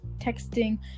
texting